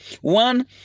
One